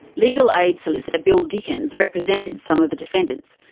legal aid solicitor bill dickens represented some of the defendants.